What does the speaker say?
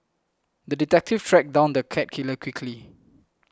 the detective tracked down the cat killer quickly